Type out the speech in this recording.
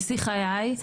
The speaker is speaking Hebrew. בשיא חיי,